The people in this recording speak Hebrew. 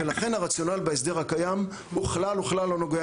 ולכן הרציונל בהסדר הקיים הוא כלל וכלל לא נוגע